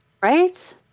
Right